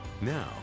Now